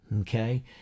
Okay